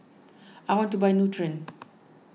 I want to buy Nutren